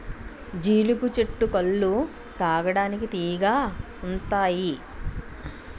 జీలుగు చెట్టు కల్లు తాగడానికి తియ్యగా ఉంతాయి